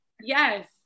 yes